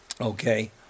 okay